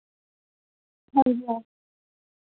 हांजी मैम